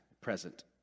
present